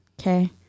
okay